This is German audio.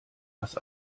was